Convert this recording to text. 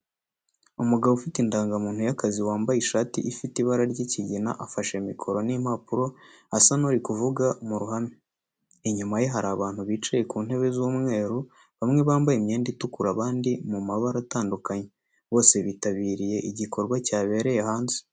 Umugabo ufite indangamuntu y'akazi, wambaye ishati ifite ibara ry’ikigina, afashe mikoro n’impapuro, asa n’uri kuvuga mu ruhame. Inyuma ye hari abantu bicaye ku ntebe z'umweru, bamwe bambaye imyenda itukura, abandi mu mabara atandukanye, bose bitabiriye igikorwa cyabereye hanze.